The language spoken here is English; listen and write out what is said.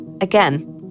Again